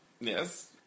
Yes